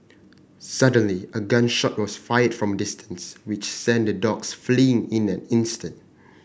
suddenly a gun shot was fired from distance which sent the dogs fleeing in an instant